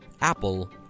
Apple